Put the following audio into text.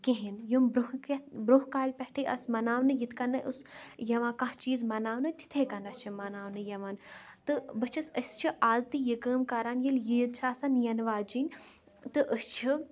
کِہینۍ یِم برونہہ کہِ برونٛہہ کالہِ پٮ۪ٹھٕے آسہٕ مناونہٕ یِتھ کَنہٕ اوس یِوان کانٛہہ چیٖز مَناونہٕ تِتھٕے کَنتھ چھُ مَناونہٕ یِوان تہٕ بہٕ چھَس أسۍ چھِ آز تہِ یہِ کٲم کران ییٚلہِ عیٖد چھِ آسان یِنہٕ واجین تہٕ أسۍ چھِ